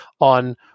on